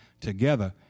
together